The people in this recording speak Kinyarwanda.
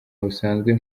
busanzwe